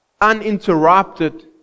uninterrupted